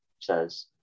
Says